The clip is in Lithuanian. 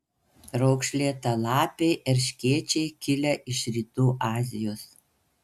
raukšlėtalapiai erškėčiai kilę iš rytų azijos